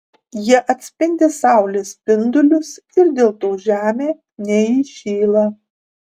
jie atspindi saulės spindulius ir dėl to žemė neįšyla